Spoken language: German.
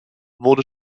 wurde